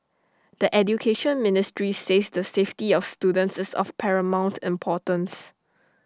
the Education Ministry says the safety of students is of paramount importance